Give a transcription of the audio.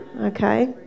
Okay